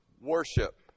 worship